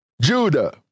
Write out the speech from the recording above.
Judah